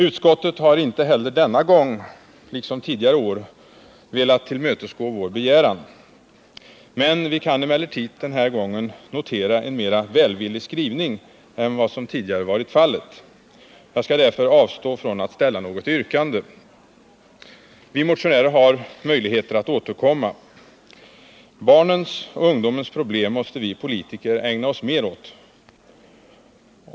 Utskottet har liksom tidigare år inte heller denna gång velat tillmötesgå vår begäran. Vi kan emellertid denna gång notera en mera välvillig skrivning än vad som tidigare varit fallet. Jag skall därför avstå från att ställa något yrkande. Vi motionärer har möjlighet att återkomma. Barnens och ungdomens problem måste vi politiker ägna oss mer åt.